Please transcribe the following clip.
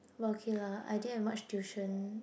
but okay lah I didn't have much tuition